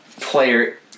player